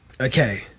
Okay